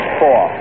four